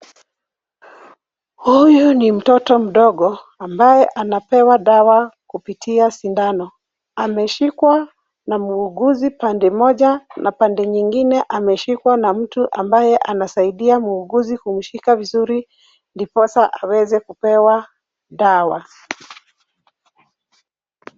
Huyu ni mtoto mdogo, ambaye anapewa dawa kupitia sindano. Ameshikwa na muuguzi pande moja, na pande nyingine ameshikwa na mtu ambaye anasaidia muuguzi kumshika vizuri, ndiposa aweze kupewa dawa.